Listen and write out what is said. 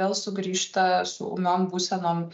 vėl sugrįžta su ūmiom būsenom